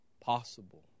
possible